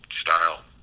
style